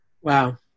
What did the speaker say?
Wow